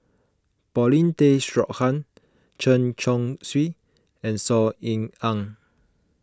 Paulin Tay Straughan Chen Chong Swee and Saw Ean Ang